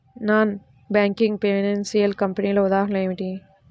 Non banking financial కంపెనీల ఉదాహరణలు ఏమిటి?